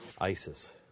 ISIS